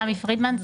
תמי פרידמן,